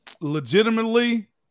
Legitimately